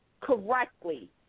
correctly